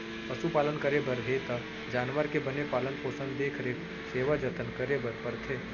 पसु पालन करे बर हे त जानवर के बने पालन पोसन, देख रेख, सेवा जनत करे बर परथे